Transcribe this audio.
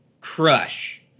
Crush